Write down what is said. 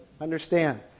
Understand